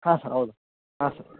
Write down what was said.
ಹಾಂ ಸರ್ ಹೌದು ಹಾಂ ಸರ್